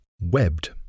Webbed